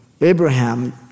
Abraham